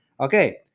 Okay